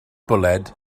bwled